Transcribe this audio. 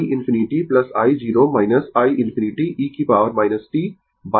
i ∞ i 0 i ∞ e की power t by tau